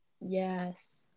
Yes